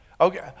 Okay